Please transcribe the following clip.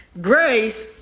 Grace